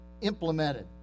implemented